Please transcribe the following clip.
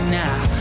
now